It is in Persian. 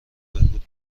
بهبود